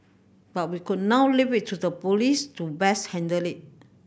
but we could now leave it to the police to best handle it